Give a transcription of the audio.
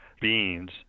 beans